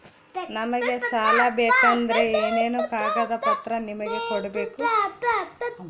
ನಮಗೆ ಸಾಲ ಬೇಕಂದ್ರೆ ಏನೇನು ಕಾಗದ ಪತ್ರ ನಿಮಗೆ ಕೊಡ್ಬೇಕು?